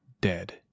Dead